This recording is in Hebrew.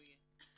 הוא יהיה.